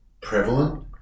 prevalent